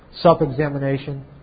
Self-examination